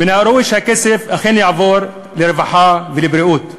מן הראוי שהכסף אכן יעבור לרווחה ולבריאות.